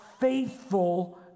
faithful